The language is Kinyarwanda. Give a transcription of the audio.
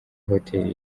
hoteli